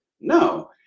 no